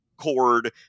cord